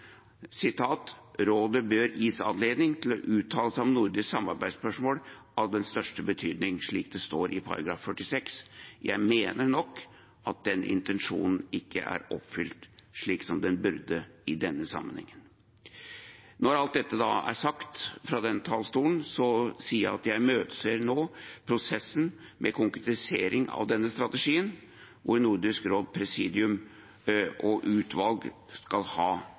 bør gis anledning til å uttale seg om nordiske samarbeidsspørsmål av større betydning.» Jeg mener nok at den intensjonen ikke er oppfylt slik den burde i denne sammenheng. Når alt dette er sagt fra denne talerstolen, imøteser jeg nå prosessen med konkretisering av strategien, hvor Nordisk råds presidium og utvalg skal